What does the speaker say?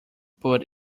but